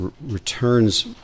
returns